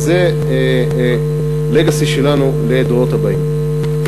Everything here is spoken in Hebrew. וזה legacy שלנו לדורות הבאים.